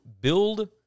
build